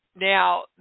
Now